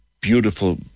beautiful